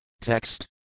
Text